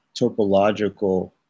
topological